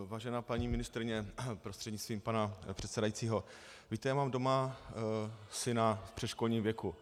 Vážená paní ministryně prostřednictvím pana předsedajícího, víte, já mám doma syna v předškolním věku.